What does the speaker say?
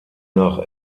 nach